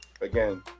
again